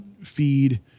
feed